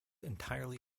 entirely